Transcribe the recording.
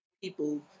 people